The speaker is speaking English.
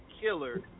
killer